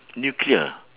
nuclear